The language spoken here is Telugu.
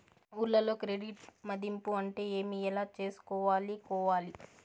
ఊర్లలో క్రెడిట్ మధింపు అంటే ఏమి? ఎలా చేసుకోవాలి కోవాలి?